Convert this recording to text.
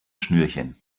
schnürchen